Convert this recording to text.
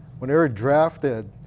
when they were drafted,